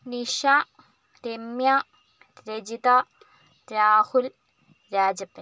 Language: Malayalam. നിഷ രമ്യ രജിത രാഹുൽ രാജപ്പൻ